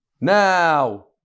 Now